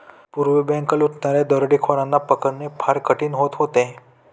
पूर्वी बँक लुटणाऱ्या दरोडेखोरांना पकडणे फार कठीण होत होते